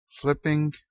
Flipping